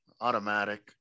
automatic